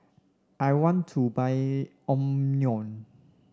I want to buy Omron